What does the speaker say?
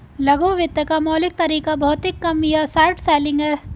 लघु वित्त का मौलिक तरीका भौतिक कम या शॉर्ट सेलिंग है